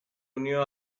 unió